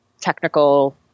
technical